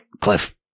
Cliff